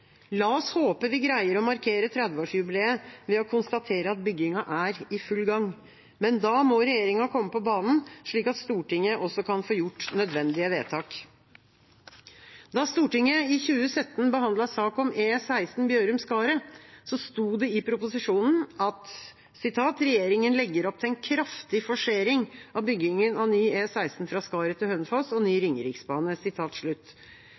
La oss håpe at vi greier å markere 30-årsjubileet ved å konstatere at byggingen er i full gang. Men da må regjeringa komme på banen, slik at Stortinget også kan få gjort nødvendige vedtak. Da Stortinget i 2017 behandlet sak om E16 Bjørum–Skaret, sto det i proposisjonen: «Regjeringen legger opp til en kraftig forsering av byggingen av ny E16 fra Skaret til Hønefoss og ny